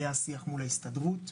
היה שיח מול ההסתדרות.